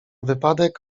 wypadek